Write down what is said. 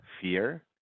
fear